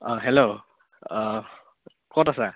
অঁ হেল্ল' অঁ ক'ত আছা